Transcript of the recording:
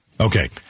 Okay